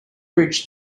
reached